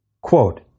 Quote